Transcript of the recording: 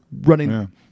running